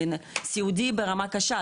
סיעודי ברמה קשה,